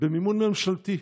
במימון ממשלתי,